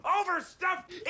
overstuffed